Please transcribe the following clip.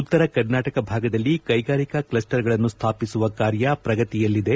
ಉತ್ತರ ಕರ್ನಾಟಕ ಭಾಗದಲ್ಲಿ ಕೈಗಾರಿಕಾ ಕ್ಲಸ್ಟರ್ಗಳನ್ನು ಸ್ಥಾಪಿಸುವ ಕಾರ್ಯ ಪ್ರಗತಿಯಲ್ಲಿದೆ